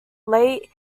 late